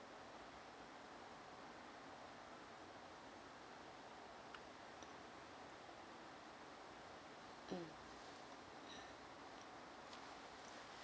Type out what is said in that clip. mm